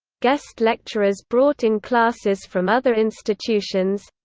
guest lecturers brought in classes from other institutions